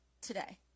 today